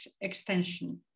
extension